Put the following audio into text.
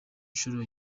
nshuro